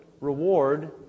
reward